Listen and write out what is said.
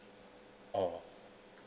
oh